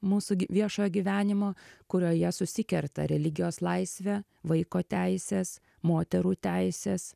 mūsų gi viešojo gyvenimo kurioje susikerta religijos laisvė vaiko teisės moterų teisės